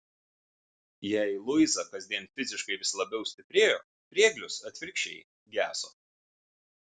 jei luiza kasdien fiziškai vis labiau stiprėjo prieglius atvirkščiai geso